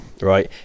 right